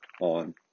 on